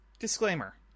Disclaimer